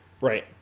Right